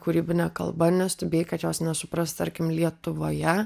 kūrybine kalba nes tu bijai kad jos nesupras tarkim lietuvoje